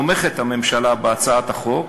הממשלה תומכת בהצעת החוק,